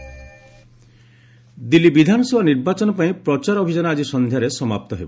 Delhi campaign Delhi ବିଧାନସଭା ନିର୍ବାଚନ ପାଇଁ ପ୍ରଚାର ଅଭିଯାନ ଆଜି ସନ୍ଧ୍ୟାରେ ସମାପ୍ତ ହେବ